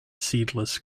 seedless